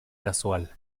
casual